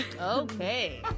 Okay